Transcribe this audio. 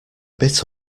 bit